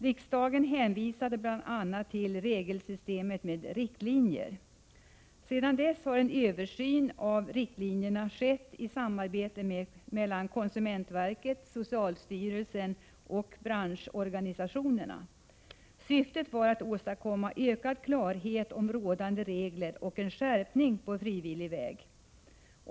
Riksdagen hänvisade bl.a. till regelsystemet med riktlinjer. Sedan dess har en översyn av riktlinjerna skett i samarbete mellan konsumentverket, socialstyrelsen och branschorganisationerna. Syftet var att åstadkomma ökad klarhet om rådande regler och en skärpning på frivillig väg.